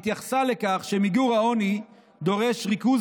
התייחסה לכך שמיגור העוני דורש ריכוז